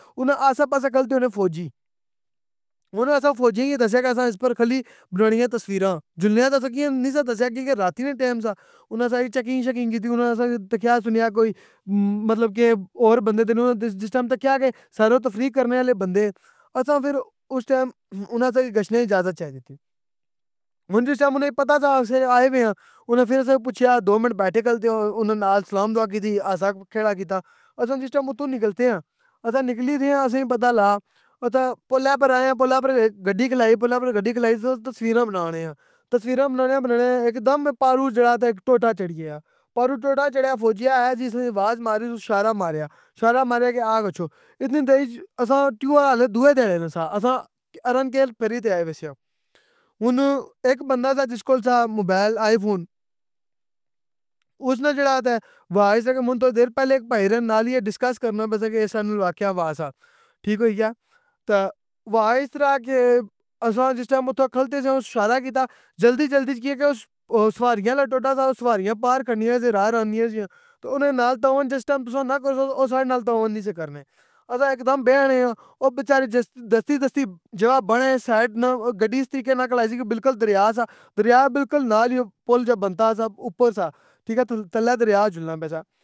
اُنا نے آسے پاسے کھلتے ہونے فوجی، ہن اساں فوجی کی دسیا کہ اساں اِس پر کھلی بنانی اے تصویراں جلنے وقت اساں کیاں نی سہ دسیا کیونکہ راتی نہ ٹیم سہ، اناں ساری چیکنگ شیکینک كیتی اناں اساں کی تکیا سونیا کوئی مطلب کہ اور بندے تہ نی اناں جِس ٹیم تکیا کہ سیروتفریح کرنے آلے بندے اے اساں فر اُس ٹیم اناں اساں کی گشنے کی اِجازت چائی دتی۔ ہن جِس ٹیم اناں کی پتہ سہ اسی آئے وے آں اناں فر اساں کی پُچھیا دو منٹ بیٹھے کھلتے اناں نال سلام دعا كتی ہاسا کھیڈا کیتا۔ اساں جِس ٹیم اتھوں نکلتے آں، اساں نِکلی ریاں اسی وی پتہ لایا اوتھے پُلے پر امآیاں پلّے پر گڈی کھلاری پُلا پر گڈی کھلارس تصویراں بنانیا۔ تصویراں بنانے بنانے اک دم پاروں جیڑا تہ ایک ٹویوٹا چھڑی گیا. پاروں ٹویوٹا چڑییا فوجی اخیا سی اِسنی آواز ماری اس اشارہ ماریا، اشارہ ماریا کہ آ گچھو، اِتنی دیراچ اساں ہالے دوئے تہ آئے نساں، اساں ارنکیل پھیری تہ آئے وے سیاں۔ ہن اک بندہ سہ جِس کول سہ موبائل آئی فون، اسنا جیڑا تہ وائس اک منتظر پہلے اک بھائی را نال ای اے ڈسکس کرنا پیسا کہ اے ساڈے نال واقعہ ہوا سہ۔ ٹھیک ہوئی گیا۔ تہ ہوا اِس طرح کہ اساں جِس ٹیم اتھاں کھلتے سیاں اُس اشارہ کیتا جلدی جلدی اچ کی کریا او سواریاں آلا ٹویوٹا سہ او سواریاں پار کھڑنیاں سی راہ رونیاں سیاں۔ تہ اناں نے نال تہ او جِس ٹیم تُساں نا كرسو او ساڈے نال تہ او نی سہ کرنے۔ اساں ایک دم بے نیاں، او بچارے دستی دستی جگہ بنانے سائڈ نا او گڈی اِس طریقے نال کھلاری سی کہ بلکل دریا سہ۔ دریا بلکل نال ای او پل جیا بنتا سہ اُپر سہ، ٹھیک ہے تھلے دریا جلنا پے سہ۔